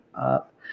up